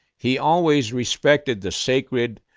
he always respected the sacred,